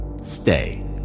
Stay